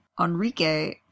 Enrique